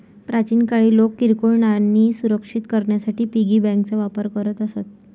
प्राचीन काळी लोक किरकोळ नाणी सुरक्षित करण्यासाठी पिगी बँकांचा वापर करत असत